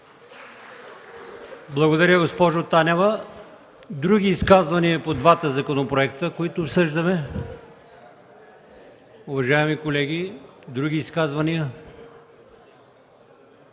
Благодаря, госпожо Танева. Други изказвания по двата законопроекта, които обсъждаме? Не виждам желаещи да се изкажат.